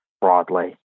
broadly